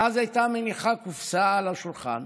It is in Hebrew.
ואז הייתה מניחה קופסה על השולחן,